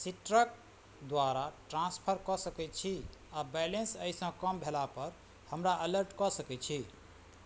सीट्रक द्वारा ट्रान्सफर कऽ सकै छी आओर बैलेन्स एहिसँ कम भेलापर हमरा अलर्ट कऽ सकै छी